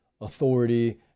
authority